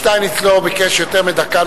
שטייניץ לא ביקש יותר מדקה,